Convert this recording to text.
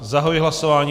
Zahajuji hlasování.